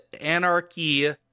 anarchy